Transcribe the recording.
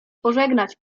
pożegnać